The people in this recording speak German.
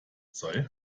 sei